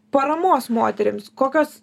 paramos moterims kokios